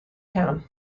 town